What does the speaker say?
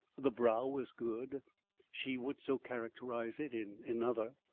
the brow was good she would so characterise it in another.